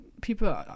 people